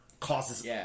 Causes